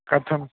कथम्